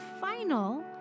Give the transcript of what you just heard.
final